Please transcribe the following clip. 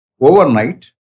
overnight